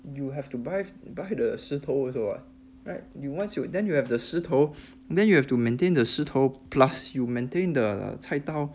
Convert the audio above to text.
you have to buy buy the 石头 also [what] right you once you then you have the 石头 then you have to maintain the 石头 plus you maintain the 菜刀